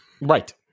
Right